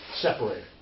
Separated